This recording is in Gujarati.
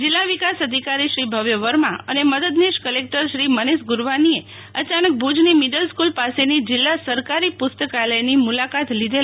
જિલ્લા વિકાસ ધિકારી શ્રી ભવ્ય વર્મા ને મદદનીશ કલેકટર શ્રી મનીષ ગુરવાની ચાનક ભુજની મિડલ સ્કૂલ પાસેની જિલ્લા સરકારી પુસ્તકાલયની મુલાકાત લીધી